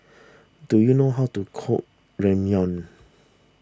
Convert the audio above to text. do you know how to cook Ramyeon